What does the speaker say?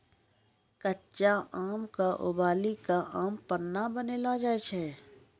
कच्चा आम क उबली कॅ आम पन्ना बनैलो जाय छै